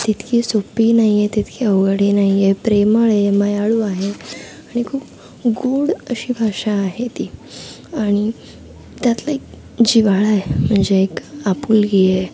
तितकी सोप्पी नाही आहे तितकी अवघडही नाही आहे प्रेमळ आहे मायाळू आहे आणि खूप गोड अशी भाषा आहे ती आणि त्यातलं एक जिव्हाळा आहे म्हणजे एक आपुलकी आहे